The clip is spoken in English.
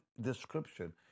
description